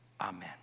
Amen